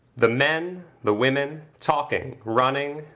the men, the women talking, running,